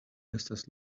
estas